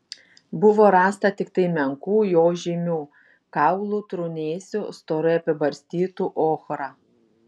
buvo rasta tiktai menkų jo žymių kaulų trūnėsių storai apibarstytų ochra